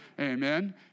Amen